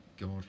God